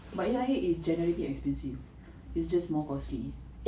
but ya A_I_A is generally expensive it's just more costly